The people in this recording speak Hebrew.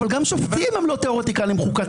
אבל גם שופטים הם לא תיאורטיקנים חוקתיים.